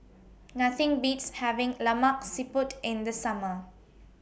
Nothing Beats having Lemak Siput in The Summer